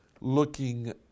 looking